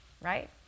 right